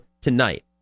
tonight